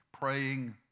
praying